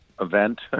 event